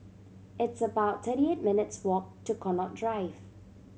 it's about thirty eight minutes' walk to Connaught Drive